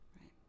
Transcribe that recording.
right